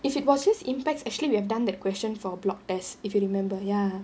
if it was just impacts actually we have done that question for block test if you remember ya